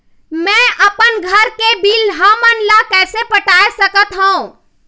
मैं अपन घर के बिल हमन ला कैसे पटाए सकत हो?